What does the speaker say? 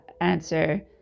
answer